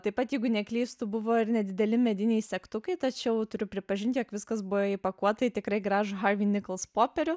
taip pat jeigu neklystu buvo ir nedideli mediniai segtukai tačiau turiu pripažint jog viskas buvę įpakuota į tikrai gražų harvi nikals popierių